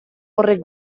horrek